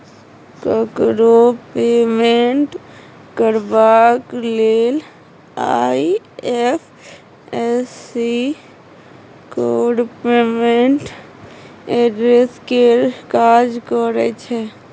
ककरो पेमेंट करबाक लेल आइ.एफ.एस.सी कोड पेमेंट एड्रेस केर काज करय छै